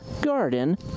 garden